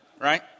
Right